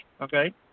Okay